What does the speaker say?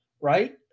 right